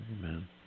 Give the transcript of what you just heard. Amen